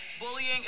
Bullying